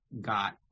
got